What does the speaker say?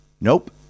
Nope